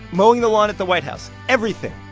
mowing the lawn at the white house, everything.